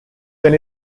than